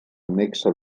nexe